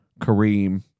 Kareem